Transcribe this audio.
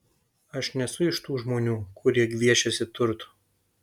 aš nesu iš tų žmonių kurie gviešiasi turtų